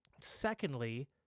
secondly